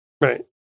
Right